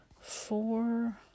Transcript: four